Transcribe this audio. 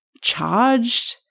charged